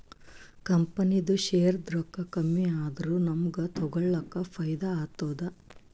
ಕಂಪನಿದು ಶೇರ್ದು ರೊಕ್ಕಾ ಕಮ್ಮಿ ಆದೂರ ನಮುಗ್ಗ ತಗೊಳಕ್ ಫೈದಾ ಆತ್ತುದ